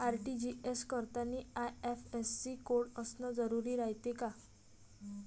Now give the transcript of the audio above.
RTGS करतांनी IFSC code असन जरुरी रायते का?